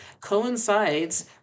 coincides